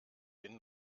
den